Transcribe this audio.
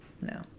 No